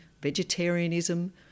vegetarianism